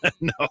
No